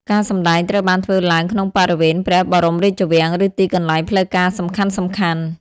ការសម្តែងត្រូវបានធ្វើឡើងក្នុងបរិវេណព្រះបរមរាជវាំង ឬទីកន្លែងផ្លូវការសំខាន់ៗ។